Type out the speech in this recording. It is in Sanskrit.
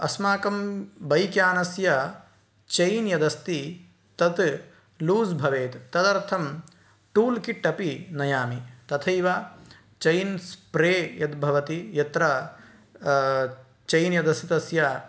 अस्माकं बैक् यानस्य चैन् यदस्ति तत् लूस् भवेत् तदर्थं टूल् किट् अपि नयामि तथैव चैन् स्प्रे यद्भवति यत्र चैन् यदस्ति तस्य